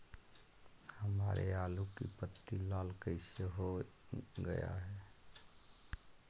हमारे आलू की पत्ती लाल कैसे हो गया है?